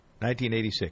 1986